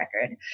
record